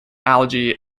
algae